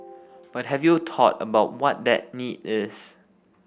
but have you taught about what that need is